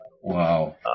Wow